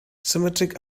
symmetric